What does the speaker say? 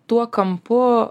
tuo kampu